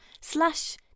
slash